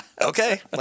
Okay